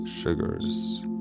sugars